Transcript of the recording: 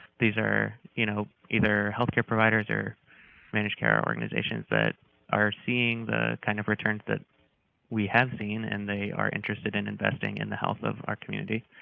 these are you know either health care providers or managed care organizations that are seeing the kind of returns that we have seen and they are interested in investing in the health of our community,